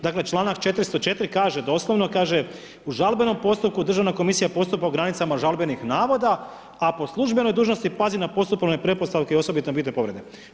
Dakle, članak 404. kaže doslovno, kaže, u žalbenom postupku, državna komisija postupka u granicama žalbenog navoda, a po službenoj dužnosti, pazi na postupovne pretpostavke i osobito bitne povrede.